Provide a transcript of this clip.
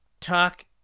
talk